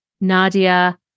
Nadia